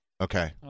Okay